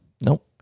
Nope